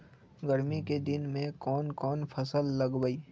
गर्मी के दिन में कौन कौन फसल लगबई?